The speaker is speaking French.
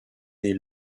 née